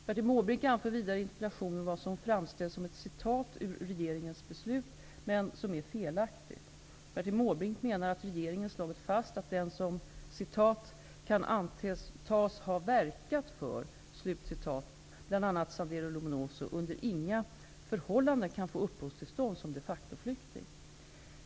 Bertil Måbrink anför vidare i interpellationen vad som framställs som ett citat ur regeringens beslut, men som är felaktigt. Bertil Måbrink menar att regeringen slagit fast att den som ''kan antas ha verkat för'' bl.a. Sendero Luminoso under inga förhållanden kan få uppehållstillstånd som de facto-flykting.